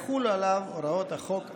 יחולו עליו הוראות החוק האמור.